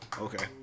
Okay